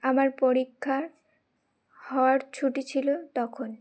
আমার পরীক্ষার হওয়ার ছুটি ছিল তখন